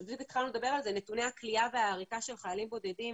נתוני הכליאה והעריקה של חיילים בודדים